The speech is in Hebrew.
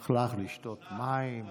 הלך לשתות מים.